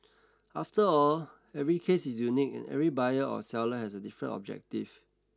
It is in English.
after all every case is unique and every buyer or seller has a different objective